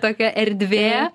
tokia erdvė